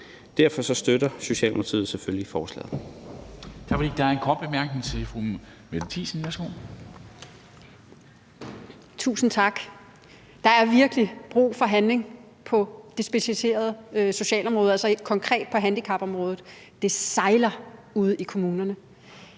Der er en kort bemærkning til fru Mette Thiesen. Værsgo. Kl. 14:06 Mette Thiesen (NB): Tusind tak. Der er virkelig brug for handling på det specialiserede socialområde, altså konkret på handicapområdet. Det sejler ude i kommunerne.